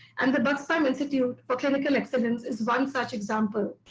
and the bucksbaum institute for clinical excellence is one such example.